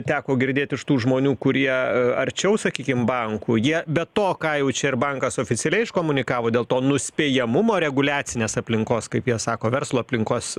teko girdėt iš tų žmonių kurie a arčiau sakykim bankų jie be to ką jau čia ir bankas oficialiai iškomunikavo dėl to nuspėjamumo reguliacinės aplinkos kaip jie sako verslo aplinkos